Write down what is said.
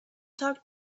talk